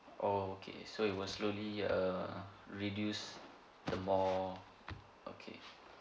oh okay so it was slowly err reduced the more okay